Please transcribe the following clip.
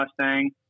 Mustang